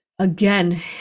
Again